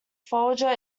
folger